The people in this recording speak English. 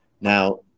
Now